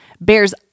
bears